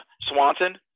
Swanson